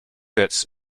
bits